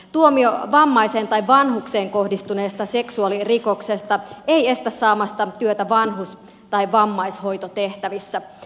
tuomio vammaiseen tai vanhukseen kohdistuneesta seksuaalirikoksesta ei estä saamasta työtä vanhus tai vammaishoitotehtävissä